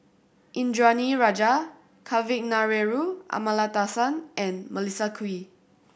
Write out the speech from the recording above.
Indranee Rajah Kavignareru Amallathasan and Melissa Kwee